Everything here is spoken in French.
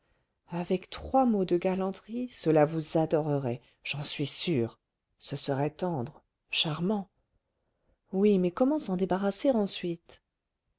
avec trois mots de galanterie cela vous adorerait j'en suis sûr ce serait tendre charmant oui mais comment s'en débarrasser ensuite